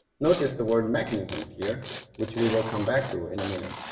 notice the word mechanisms here which we will come back to in a minute.